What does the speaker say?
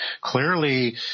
Clearly